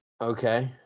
Okay